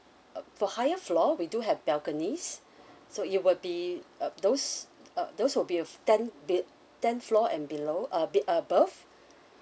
for higher floor we do have balconies so it'll be uh those uh those will be a ten be~ ten floor and below uh be~ above